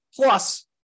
Plus